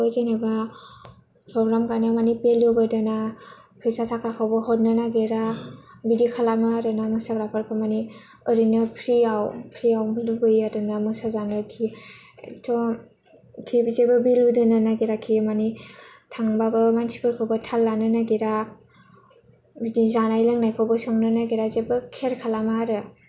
खौ जेनावबा प्रग्राम गानायमानि भेलुबो दोना फैसा थाखाखौबो हरनो नागेरा बिदि खालामो आरोना मोसाग्राफोेरखौ माने ओरैनो फ्रियाव लुबैयो आरोना मोसाजानो खि थ खि बिसोरखौ भेलु दोननो नागेरा थांबाबो मानसिफोरखौ थाल लानो नागिरा बिदि जानाय लोंनायखौबो सोंनो नागेरा जेबो केयार खालामा आरो